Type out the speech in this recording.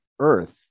Earth